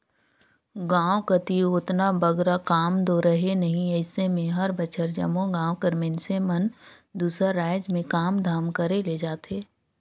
गाँव कती ओतना बगरा काम दो रहें नई अइसे में हर बछर जम्मो गाँव कर मइनसे मन दूसर राएज में काम धाम करे ले जाथें